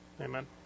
Amen